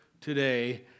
today